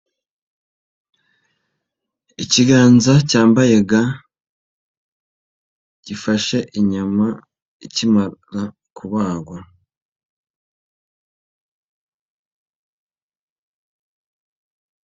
Ikiganza cyambaye ga, gifashe inyama ikimarwa kubagwa.